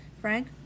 Frank